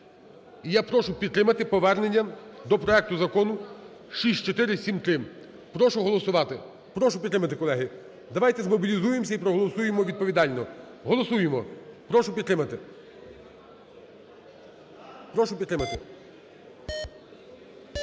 я прошу підтримати повернення до проекту Закону 6473. Прошу голосувати. Прошу підтримати, колеги. Давайте змобілізуємося і проголосуємо відповідально. Голосуємо. Прошу підтримати. Прошу підтримати.